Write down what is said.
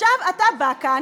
ועכשיו אתה בא כאן,